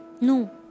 No